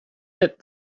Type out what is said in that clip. that